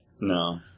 No